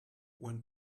when